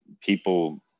people